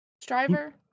Striver